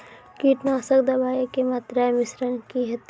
कीटनासक दवाई के मात्रा या मिश्रण की हेते?